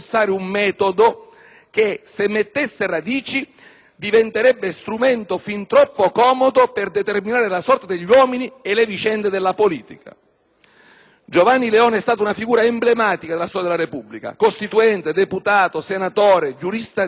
che, se mettesse radici, diventerebbe uno strumento fin troppo comodo per determinare la sorte degli uomini e le vicende della politica». Giovanni Leone è stato una figura emblematica della storia della Repubblica: costituente, deputato, senatore, giurista di chiarissima fama